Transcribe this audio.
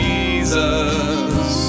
Jesus